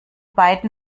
beiden